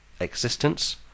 existence